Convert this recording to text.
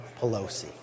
Pelosi